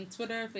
Twitter